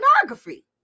pornography